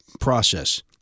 process